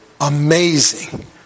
amazing